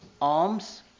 alms